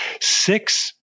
six